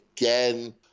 again